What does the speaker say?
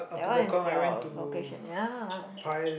that one is your vocation ya